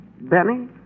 Benny